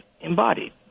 embodied